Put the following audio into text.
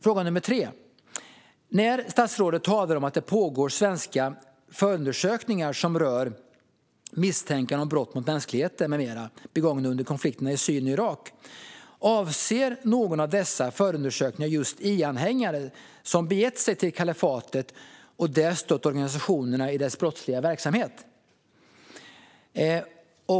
Fråga nummer tre är: Statsrådet talar om att det pågår svenska förundersökningar som rör misstankar om brott mot mänskligheten med mera begångna under konflikterna i Syrien och Irak. Avser någon av dessa förundersökningar just IS-anhängare som begett sig till kalifatet och där stött organisationen i dess brottsliga verksamhet?